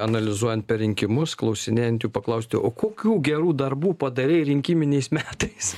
analizuojant per rinkimus klausinėjant jų paklausti o kokių gerų darbų padarei rinkiminiais metais